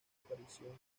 aparición